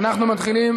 רגע, תן לאנשים,